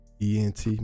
ENT